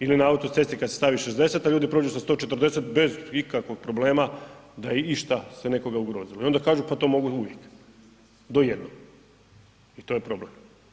Ili na autocesti kad se stavi 60 a ljudi prođu sa 140 bez ikakvog problema da je išta se nekoga ugrozilo i onda kažu pa to mogu uvijek, do jednog i to je problem.